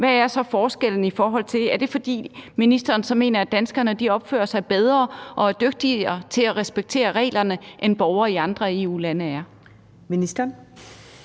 Hvad er så forskellen? Er det, fordi ministeren mener, at danskerne opfører sig bedre og er dygtigere til at respektere reglerne end borgere i andre EU-lande? Kl.